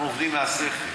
אנחנו עובדים מהשכל,